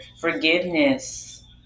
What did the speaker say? forgiveness